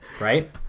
right